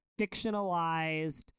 fictionalized